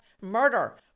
murder